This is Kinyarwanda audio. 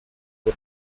bwo